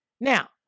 Now